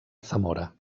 zamora